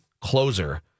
closer